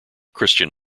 christian